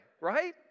right